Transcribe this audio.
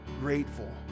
grateful